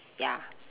ya